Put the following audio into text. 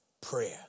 prayer